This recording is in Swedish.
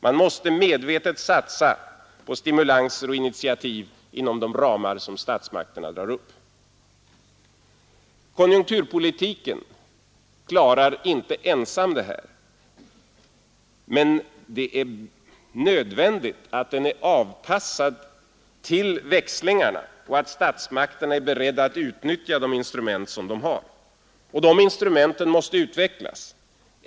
Man måste medvetet satsa på stimulanser och initiativ inom de ramar som statsmakterna drar upp. Konjunkturpolitiken klarar inte ensam detta, men det är nödvändigt att den är anpassad till växlingarna och att statsmakterna är beredda att utnyttja de instrument som de har. Och de instrumenten måste också utvecklas.